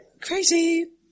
crazy